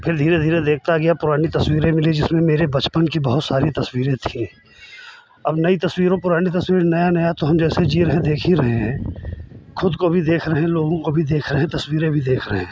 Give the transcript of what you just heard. फिर धीरे धीरे देखता गया पुरानी तस्वीरें मिली जिसमें मेरे बचपन की बहुत सारी तस्वीरें थीं अब नई तस्वीर और पुरानी तस्वीर नया नया तो हम जैसे जी रहें देख ही रहे हैं खुद को भी देख रहे हैं लोगों को भी देख रहे हैं तस्वीरें भी देख रहे हैं